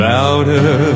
Louder